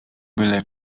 byle